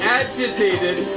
agitated